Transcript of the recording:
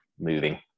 moving